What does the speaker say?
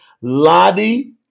Ladi